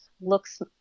looks